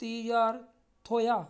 त्रीह् ज्हार थ्होएआ